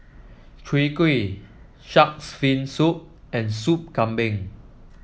Chwee Kueh shark's fin soup and Soup Kambing